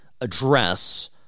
address